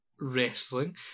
wrestling